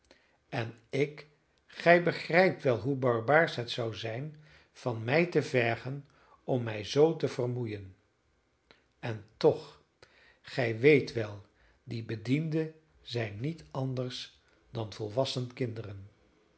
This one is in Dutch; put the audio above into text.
en ik gij begrijpt wel hoe barbaarsch het zou zijn van mij te vergen om mij zoo te vermoeien en toch gij weet wel die bedienden zijn niet anders dan volwassen kinderen